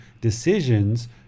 decisions